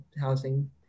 housing